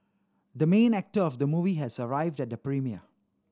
the main actor of the movie has arrived at the premiere